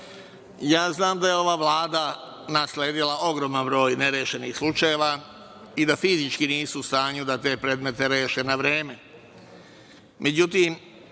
znam da je ova Vlada nasledila ogroman broj nerešenih slučajeva i da fizički nisu u stanju da te predmete reše na vreme.